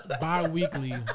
bi-weekly